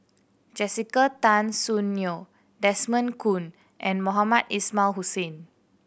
Jessica Tan Soon Neo Desmond Kon and Mohamed Ismail Hussain